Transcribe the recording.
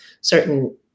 certain